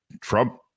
Trump